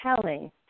telling